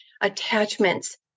attachments